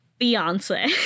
beyonce